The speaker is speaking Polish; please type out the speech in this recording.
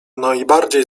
najbardziej